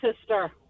sister